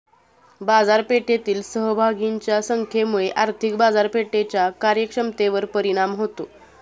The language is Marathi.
बाजारपेठेतील सहभागींच्या संख्येमुळे आर्थिक बाजारपेठेच्या कार्यक्षमतेवर परिणाम होतो